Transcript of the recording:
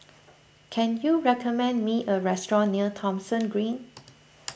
can you recommend me a restaurant near Thomson Green